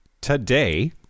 today